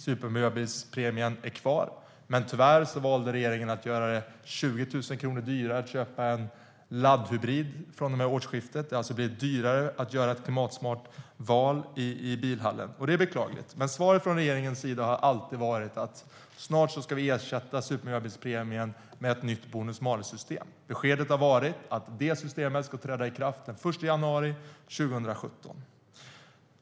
Supermiljöbilspremien är kvar. Men tyvärr valde regeringen att göra det 20 000 kronor dyrare att köpa en laddhybrid från och med årsskiftet. Det har alltså blivit dyrare att göra ett klimatsmart val i bilhallen, och det är beklagligt. Men svaret från regeringens sida har alltid varit: Snart ska vi ersätta supermiljöbilspremien med ett nytt bonus-malus-system. Beskedet har varit att det systemet ska träda i kraft den 1 januari 2017.